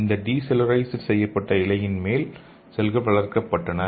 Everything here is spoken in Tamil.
இந்த டி செல்லுலரைஸ் செய்யப்பட்ட இலைகளின் மேல் செல்கள் வளர்க்கப்பட்டன